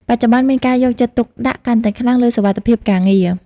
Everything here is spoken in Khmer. បច្ចុប្បន្ន មានការយកចិត្តទុកដាក់កាន់តែខ្លាំងលើសុវត្ថិភាពការងារ។